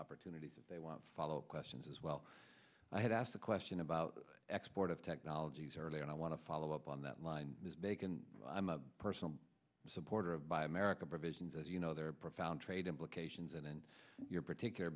opportunities if they want follow up questions as well i had asked a question about the export of technologies earlier and i want to follow up on that line bacon i'm a personal supporter of buy american provisions as you know there are profound trade implications and in your particular